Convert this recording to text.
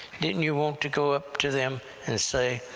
didn't you want to go up to them and say,